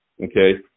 Okay